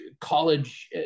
college